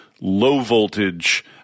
low-voltage